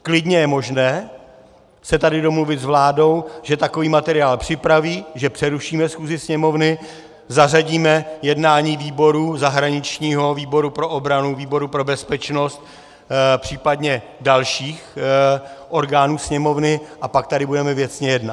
Klidně je možné se tady domluvit s vládou, že takový materiál připraví, že přerušíme schůzi Sněmovny, zařadíme jednání výborů, zahraničního, výboru pro obranu, výboru pro bezpečnost, příp. dalších orgánů Sněmovny, a pak tady budeme věcně jednat.